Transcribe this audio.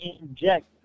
inject